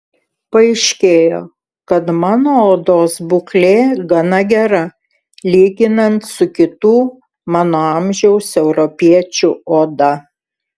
paaiškėjo kad mano odos būklė gana gera lyginant su kitų mano amžiaus europiečių oda